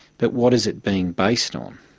but what is it being based on?